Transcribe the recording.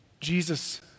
Jesus